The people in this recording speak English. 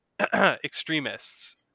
Extremists